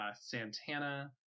Santana